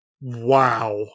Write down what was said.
Wow